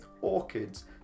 orchids